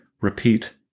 Repeat